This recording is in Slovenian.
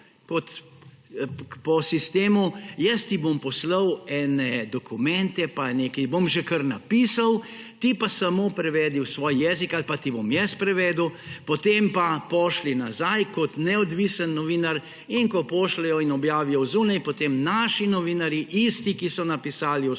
jaz ti bom poslal ene dokumente pa nekaj, bom že kaj napisal, ti pa samo prevedi v svoj jezik – ali pa ti bom jaz prevedel –, potem pa pošlji nazaj kot neodvisen novinar. In ko pošljejo in objavijo zunaj, potem naši novinarji, isti, ki so napisali osnovni